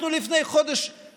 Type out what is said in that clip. אנחנו לפני חודש,